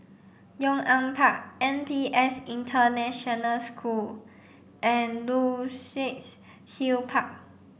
Yong An Park N P S International School and Luxus Hill Park